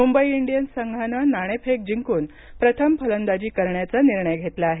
Mumbai Indians संघानं नाणेफेक जिंकून प्रथम फलंदाजी करण्याचा निर्णय घेतला आहे